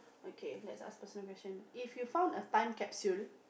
okay let ask personal question if you found a time capsule